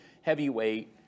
heavyweight